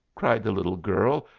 cried the little girl,